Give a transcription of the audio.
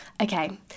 Okay